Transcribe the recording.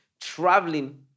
traveling